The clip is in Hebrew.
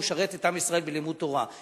הוא משרת את עם ישראל בלימוד תורה.